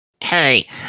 hey